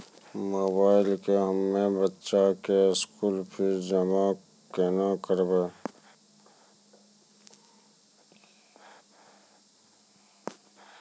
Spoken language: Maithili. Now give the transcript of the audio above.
मोबाइल से हम्मय बच्चा के स्कूल फीस जमा केना करबै?